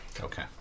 Okay